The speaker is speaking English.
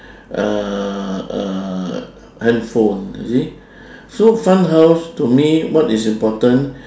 uh uh handphone you see so fun house to me what is important